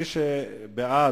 אם כך,